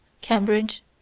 Cambridge